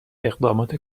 اقدامات